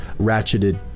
ratcheted